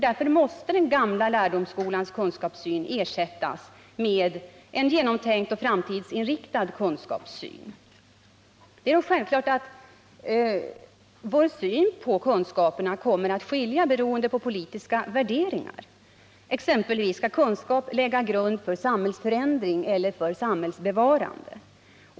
Därför måste den gamla lärdomsskolans kunskapssyn ersättas med en genomtänkt och framtidsinriktad kunskapssyn. Det är självklart att synen på kunskaperna är olika beroende på skilda politiska värderingar, t.ex. när det gäller frågan om kunskap skall lägga grund för samhällsförändring eller för samhällsbevarande.